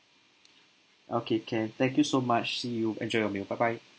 okay can thank you so much see you enjoy your meal bye bye